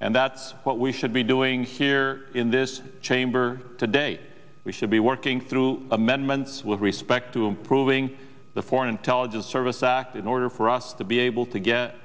and that's what we should be doing here in this chamber today we should be working through amendments with respect to improving the foreign intelligence service act in order for us to be able to get